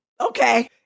Okay